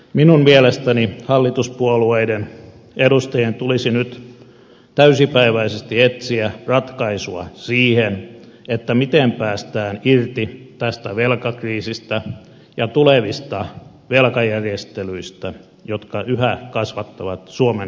minun mielestäni hallituspuolueiden edustajien tulisi nyt täysipäiväisesti etsiä ratkaisua siihen miten päästään irti tästä velkakriisistä ja tulevista velkajärjestelyistä jotka yhä kasvattavat suomen valtionvelkaa